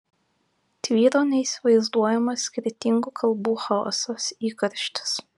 tvyro neįsivaizduojamas skirtingų kalbų chaosas įkarštis